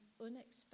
unexpected